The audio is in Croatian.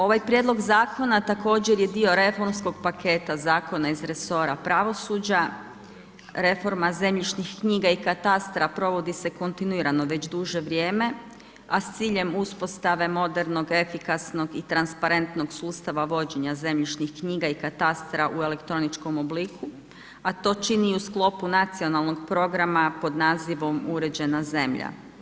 Ovaj prijedlog zakona također je dio reformskog paketa zakona iz resora pravosuđa, reforma zemljišnih knjiga i katastra provodi se kontinuirano već duže vrijeme a s ciljem uspostave modernog, efikasnog i transparentnog sustava zemljišnih knjiga i katastra u elektroničkom obliku a to čini i u sklopu nacionalnog programa pod nazivom uređena zemlja.